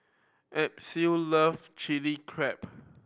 Azzie love Chilli Crab